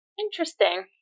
Interesting